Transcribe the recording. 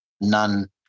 None